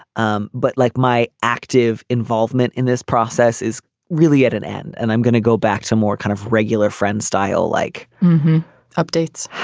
um but like my active involvement in this process is really at an end and i'm going to go back to more kind of regular friend style like updates.